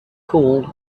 cooled